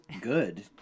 good